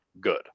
good